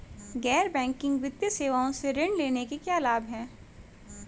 गैर बैंकिंग वित्तीय सेवाओं से ऋण लेने के क्या लाभ हैं?